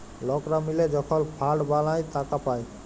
লকরা মিলে যখল ফাল্ড বালাঁয় টাকা পায়